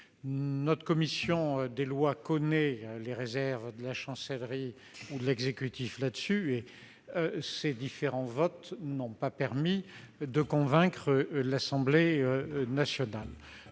Notre commission des lois connaît les réserves de l'exécutif sur ce point et ces différents votes n'ont pas permis de convaincre l'Assemblée nationale.